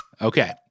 Okay